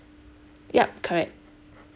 yup correct